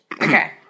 Okay